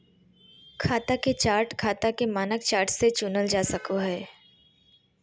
खाता के चार्ट खाता के मानक चार्ट से चुनल जा सको हय